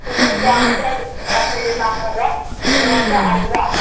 بہٕ چھُس گامہٕ پٮ۪ٹھ یہِ ہَسا یہِ نفر اَکھ میون چھُ عرضا اَکھ